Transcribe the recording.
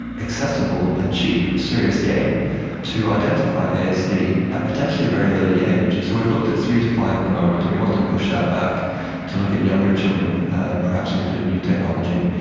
accessible and cheap serious game to identify asd at potentially a very early age. so we've looked at three to five at the moment and we want to push that back to look at younger children and perhaps include new technology.